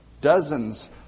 dozens